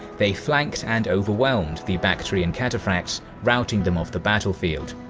they flanked and overwhelmed the bactrian cataphracts, routing them off the battlefield.